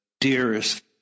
Dearest